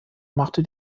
machte